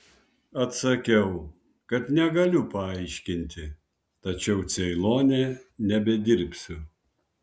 atsakiau kad negaliu paaiškinti tačiau ceilone nebedirbsiu